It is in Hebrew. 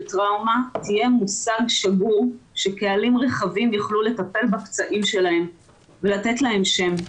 טראומה יהיה מושג שגור שקהלים רחבים יוכלו לטפל בפצעים שלהם ולתת להם שם.